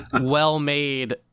well-made